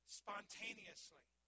spontaneously